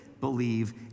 believe